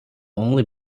only